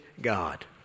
God